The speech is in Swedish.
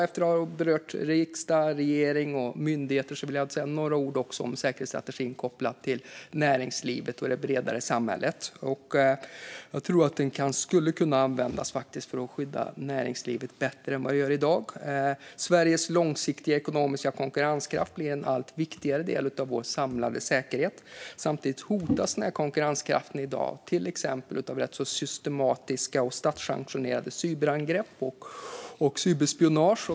Efter att ha berört riksdag, regering och myndigheter vill jag också säga några ord om säkerhetsstrategin kopplat till näringslivet och det bredare samhället. Den skulle kunna användas för att skydda näringslivet bättre än vad den gör i dag. Sveriges långsiktiga ekonomiska konkurrenskraft blir en allt viktigare del av vår samlade säkerhet. Samtidigt hotas den konkurrenskraften i dag till exempel av rätt så systematiska och statssanktionerade cyberangrepp och cyberspionage.